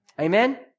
Amen